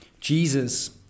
Jesus